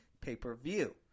pay-per-view